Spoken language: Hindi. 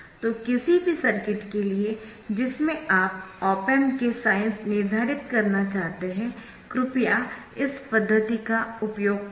तो किसी भी सर्किट के लिए जिसमे आप ऑप एम्प के साइन्स निर्धारित करना चाहते है कृपया इस पद्धति का उपयोग करें